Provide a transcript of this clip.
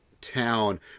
town